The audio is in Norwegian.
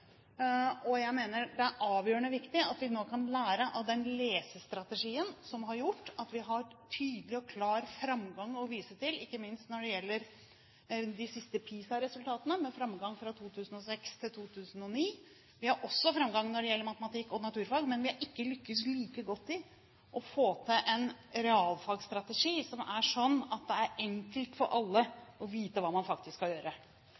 Jeg mener det er avgjørende viktig at vi nå kan lære av den lesestrategien som har gjort at vi har tydelig og klar framgang å vise til, ikke minst når det gjelder de siste PISA-resultatene, med framgang fra 2006 til 2009. Vi har også framgang når det gjelder matematikk og naturfag, men vi har ikke lyktes like godt i å få til en realfagstrategi som er sånn at det er enkelt for alle å vite hva man faktisk skal gjøre.